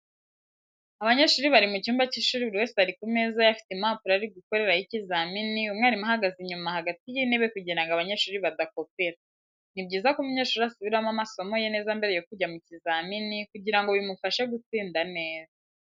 Abanyeshuri bari mu cyumba cy'ishuri buri wese ari ku meza ye afite impapuro ari gukoreraho ikizamini umwarimu ahagaze inyuma hagati y'itebe kugirango abanyeshuri badakopera. Ni byiza ko umunyeshuri asubiramo amasomo ye neza mbere yo kujya mu kizamini kugirango bimufashe gutsinda neza.